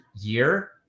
year